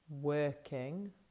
working